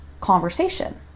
conversation